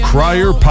Crier